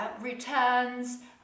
returns